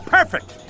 Perfect